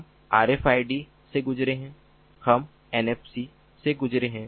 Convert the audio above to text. हम आरएफआईडी से गुजरे हैं हम एनएफसी से गुजरे हैं